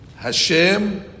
Hashem